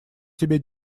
тебе